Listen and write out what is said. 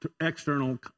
external